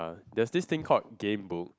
there is this thing called Gamebooks